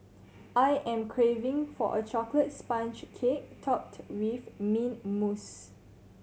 I am craving for a chocolate sponge cake topped with mint mousse